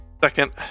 Second